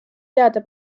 teada